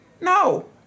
No